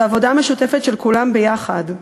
זו עבודה משותפת של כולם ביחד.